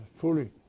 fully